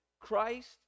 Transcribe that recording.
Christ